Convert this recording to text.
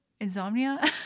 insomnia